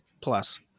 plus